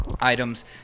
items